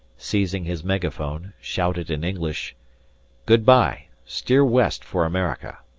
seizing his megaphone, shouted in english goodbye! steer west for america!